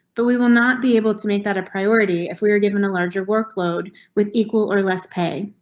but we will not be able to make that a priority. if we were given a larger workload with equal or less pay,